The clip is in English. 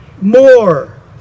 more